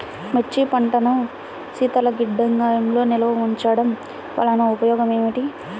మిర్చి పంటను శీతల గిడ్డంగిలో నిల్వ ఉంచటం వలన ఉపయోగం ఏమిటి?